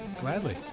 Gladly